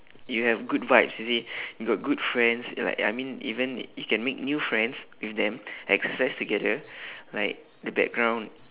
you have good vibes you see you got good friends like I mean even you can make new friends with them exercise together like the background